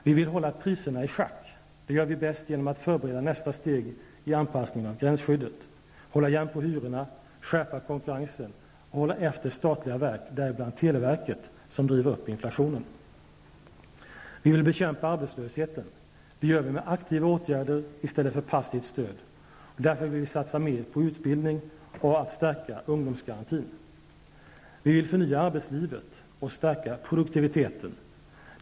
Vi vill hålla priserna i schack. Det gör vi bäst genom att förbereda nästa steg i anpassningen av gränsskyddet, hålla igen på hyrorna, skärpa konkurrensen och hålla efter statliga verk -- däribland televerket -- som driver upp inflationen. Vi vill bekämpa arbetslösheten. Det gör vi med aktiva åtgärder i stället för passivt stöd. Vi vill därför satsa mer på utbildning och stärka ungdomsgarantin. Vi vill förnya arbetslivet och stärka produktiviteten.